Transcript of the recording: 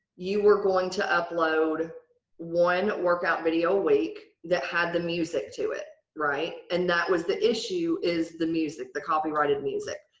you were going to upload one workout video a week that had the music to it, right? and that was the issue is the music the copyrighted music.